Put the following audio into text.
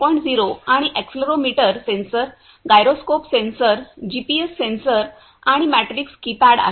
0 आणि accelerometer sensor gyroscope sensor GPS sensor आणि matrix keypad आहे